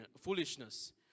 foolishness